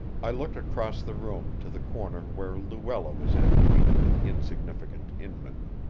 i looked across the room to the corner where luella was entertaining the insignificant inman.